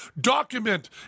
document